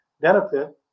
benefit